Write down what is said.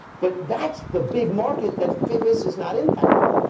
but that's the big market that fitness is not impacting.